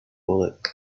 bullet